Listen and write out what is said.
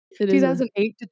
2008